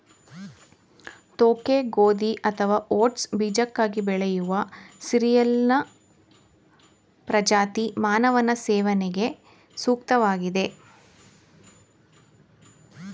ತೋಕೆ ಗೋಧಿ ಅಥವಾ ಓಟ್ಸ್ ಬೀಜಕ್ಕಾಗಿ ಬೆಳೆಯುವ ಸೀರಿಯಲ್ನ ಪ್ರಜಾತಿ ಮಾನವನ ಸೇವನೆಗೆ ಸೂಕ್ತವಾಗಿದೆ